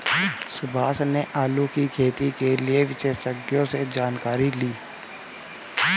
सुभाष ने आलू की खेती के लिए विशेषज्ञों से जानकारी ली